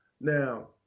now